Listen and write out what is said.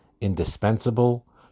indispensable